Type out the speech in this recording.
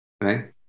right